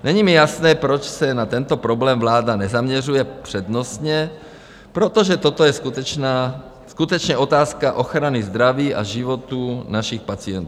Není mi jasné, proč se na tento problém vláda nezaměřuje přednostně, protože toto je skutečně otázka ochrany zdraví a životů našich pacientů.